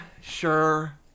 sure